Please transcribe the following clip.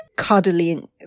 Cuddling